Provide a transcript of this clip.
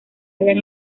hallan